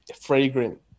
Fragrant